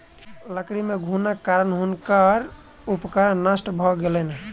लकड़ी मे घुनक कारणेँ हुनकर उपकरण नष्ट भ गेलैन